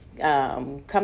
come